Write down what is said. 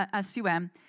SUM